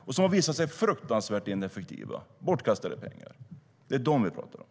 De har visat sig vara fruktansvärt ineffektiva. Det var bortkastade pengar. Det är det vi pratar om.